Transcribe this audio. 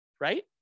Right